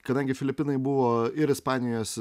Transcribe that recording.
kadangi filipinai buvo ir ispanijos